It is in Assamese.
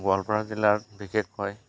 গোৱালপাৰা জিলাত বিশেষকৈ